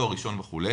תואר ראשון וכו',